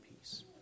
peace